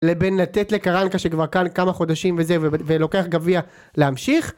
לבין לתת לקרנקה שכבר כאן כמה חודשים וזה ולוקח גביה להמשיך